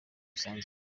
isanzure